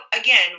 again